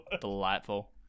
Delightful